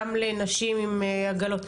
גם לנשים עם עגלות,